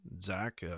Zach